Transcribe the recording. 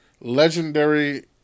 legendary